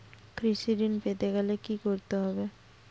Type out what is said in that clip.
কৃষি ঋণ পেতে গেলে কি করতে হবে?